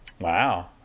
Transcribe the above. wow